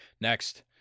Next